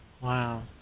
Wow